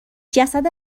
جسد